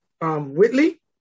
Whitley